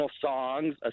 songs